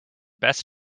best